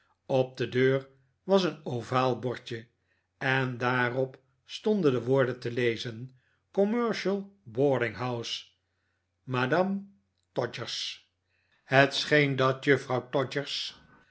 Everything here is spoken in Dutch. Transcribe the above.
op de deur was een ovaal bordje en daarpp stonden de woorden te lezen commercial boarding house mme todgers het scheen dat juffrouw